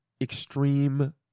extreme